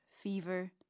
fever